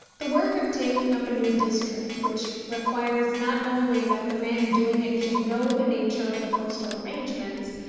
the work of taking up a new district, which requires not only that the man doing it should know the nature of the postal arrangements,